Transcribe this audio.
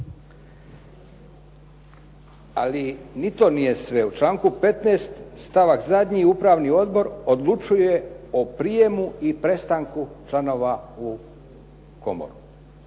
Ali, ni to nije sve. U članku 15. stavak zadnji upravni odbor odlučuje o prijemu i prestanku članova u komoru.